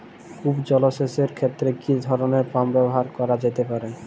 কূপ জলসেচ এর ক্ষেত্রে কি ধরনের পাম্প ব্যবহার করা যেতে পারে?